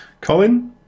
Colin